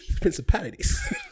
Principalities